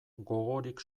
gogorik